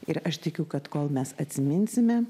ir aš tikiu kad kol mes atsiminsime